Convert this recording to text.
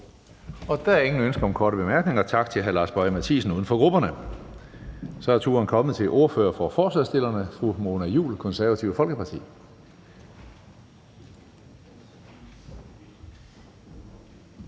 Der er ingen ønsker om korte bemærkninger, så tak til hr. Lars Boje Mathiesen, uden for grupperne. Så er turen kommet til ordføreren for forslagsstillerne, fru Mona Juul, Det Konservative Folkeparti.